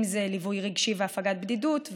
אם זה בליווי רגשי והפגת בדידות,